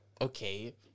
okay